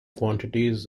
quantities